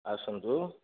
ଆସନ୍ତୁ